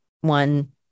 one